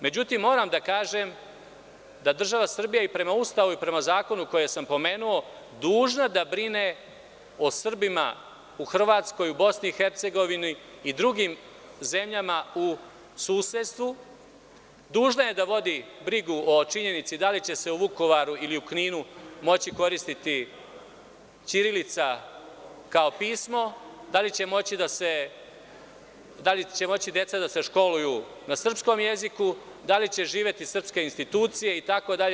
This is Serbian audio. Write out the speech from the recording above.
Međutim, moram da kažem da država Srbija i prema Ustavu i prema zakonu koje sam pomenuo je dužna da brine o Srbima u Hrvatskoj, BiH i drugim zemljama u susedstvu, dužna je da vodi brigu o činjenici da li će se u Vukovaru ili Kninu moći koristiti ćirilica kao pismo, da li će moći deca da se školuju na srpskom jeziku, da li će živeti srpske institucije itd?